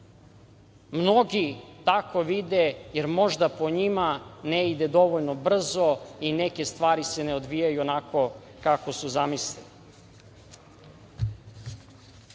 mnogi tako vide, jer možda, po njima, ne ide dovoljno brzo i neke stvari se ne odvijaju onako kako su zamislili. Ono